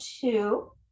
two